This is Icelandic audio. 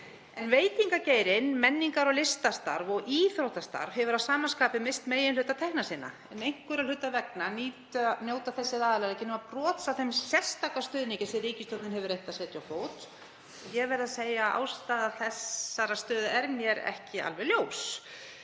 Veitingageirinn, menningar- og listastarf og íþróttastarf hefur að sama skapi misst meginhluta tekna sinna en einhverra hluta vegna njóta þessir aðilar ekki nema brots af þeim sérstaka stuðningi sem ríkisstjórnin hefur reynt að setja á fót. Ég verð að segja að ástæða þeirrar stöðu er mér ekki alveg ljós.